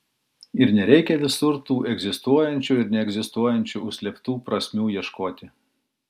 ir nereikia visur tų egzistuojančių ir neegzistuojančių užslėptų prasmių ieškoti